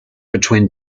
between